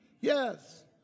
Yes